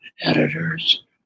Editors